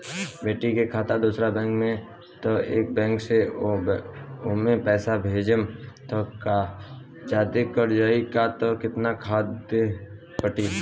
बेटा के खाता दोसर बैंक में बा त ए बैंक से ओमे पैसा भेजम त जादे कट जायी का त केतना जादे कटी?